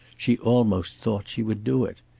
she almost thought she would do it.